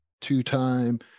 two-time